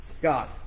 God